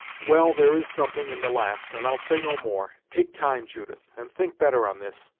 well, there is something in the last, and i'll say no more. take time, judith, and think better on this.